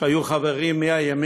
שהיו בה חברים מהימין